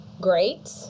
great